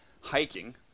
hiking